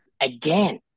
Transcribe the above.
again